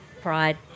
pride